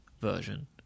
version